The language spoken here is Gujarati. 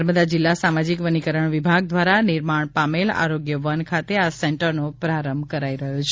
નર્મદા જિલ્લા સામાજીક વનીકરણ વિભાગ દ્વારા નિર્માણ પામેલ આરોગ્ય વન ખાતે આ સેન્ટરનો પ્રારંભ કરાઇ રહ્યો છે